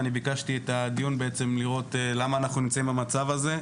אני ביקשתי את הדיון לראות למה אנחנו נמצאים במצב הזה,